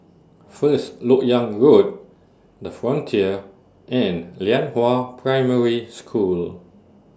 First Lok Yang Road The Frontier and Lianhua Primary School